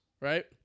Right